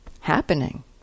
happening